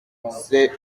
c’est